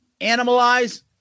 Animalize